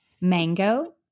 mango